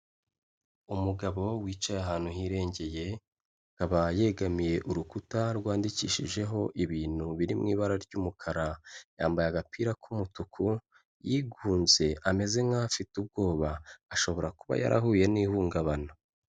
Umugabo wicaye ahantu hirengeye, akaba yegamiye urukuta rwandikishijeho ibintu biri mu ibara ry'umukara, yambaye agapira k'umutuku, yigunze ameze nk'aho afite ubwoba, ashobora kuba yarahuye n'ihungabana.